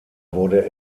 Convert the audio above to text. wurde